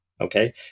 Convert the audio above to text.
okay